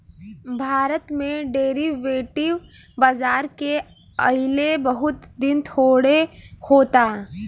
भारत में डेरीवेटिव बाजार के अइले बहुत दिन थोड़े होता